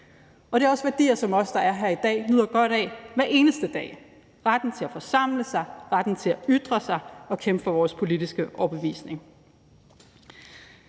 Det er også værdier, som vi, der er her i dag, nyder godt af hver eneste dag: retten til at forsamle sig og retten til at ytre sig og kæmpe for vores politiske overbevisning.